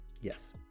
yes